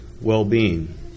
well-being